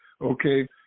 okay